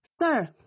Sir